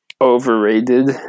Overrated